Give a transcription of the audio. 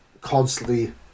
constantly